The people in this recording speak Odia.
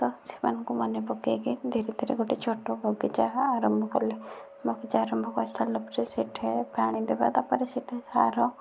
ତ ସେମାନଙ୍କୁ ମନେ ପକାଇକି ଧୀରେ ଧୀରେ ଗୋଟିଏ ଛୋଟ ବଗିଚା ଆରମ୍ଭ କଲି ବଗିଚା ଆରମ୍ଭ କରି ସାରିଲା ପରେ ସେ'ଠି ପାଣି ଦେବା ତାପରେ ସେ'ଠି ସାର